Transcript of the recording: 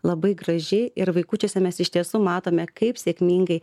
labai graži ir vaikučiuose mes iš tiesų matome kaip sėkmingai